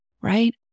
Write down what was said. right